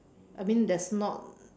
I mean there's not